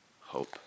hope